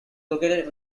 located